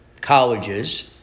colleges